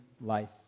life